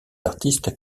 artistes